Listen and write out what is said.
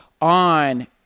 on